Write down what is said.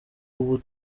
ubu